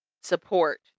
support